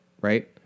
right